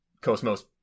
cosmos